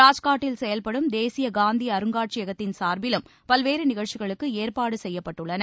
ராஜ்காட்டில் செயல்படும் தேசிய காந்தி அருங்காட்சியகத்தின் சார்பிலும் பல்வேறு நிகழ்ச்சிகளுக்கு ஏற்பாடு செய்யப்பட்டுள்ளது